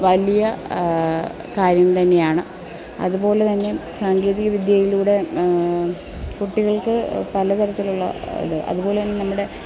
വലിയ കാര്യം തന്നെയാണ് അതുപോലെത്തന്നെ സാങ്കേതികവിദ്യയിലൂടെ കുട്ടികൾക്ക് പലതരത്തിലുള്ള ഇത് അതുപോലെത്തന്നെ നമ്മുടെ